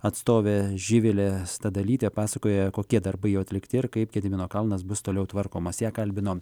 atstovė živilė stadalytė pasakojo kokie darbai atlikti ir kaip gedimino kalnas bus toliau tvarkomas ją kalbino